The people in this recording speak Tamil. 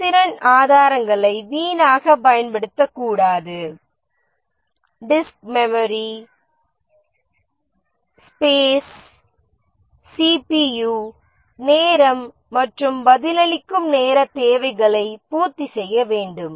செயல்திறன் ஆதாரங்களை வீணாக பயன்படுத்தக்கூடாது disk memory space CPU disk memory space CPU நேரம் மற்றும் பதிலளிக்கும் நேர தேவைகளை பூர்த்தி செய்ய வேண்டும்